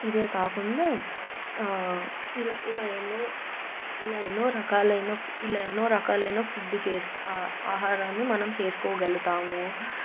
ఇదే కాకుండా ఇలా ఇలా ఎన్నో ఇలా ఎన్నో రకాలైన ఇలా ఎన్నో రకాలైన ఫుడ్ చేసుకొని ఆహారాన్ని మనం చేసుకోగలుగుతాము